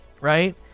Right